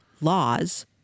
laws